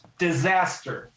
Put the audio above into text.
disaster